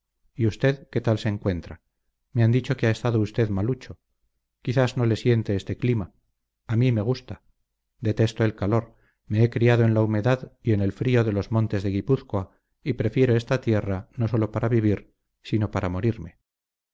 y usted qué tal se encuentra me han dicho que ha estado usted malucho quizás no le siente este clima a mí me gusta detesto el calor me he criado en la humedad y en el frío de los montes de guipúzcoa y prefiero esta tierra no sólo para vivir sino para morirme